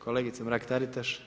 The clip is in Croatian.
Kolegica Mrak-Taritaš.